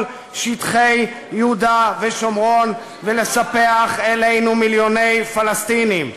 שטחי יהודה ושומרון ולספח אלינו מיליוני פלסטינים.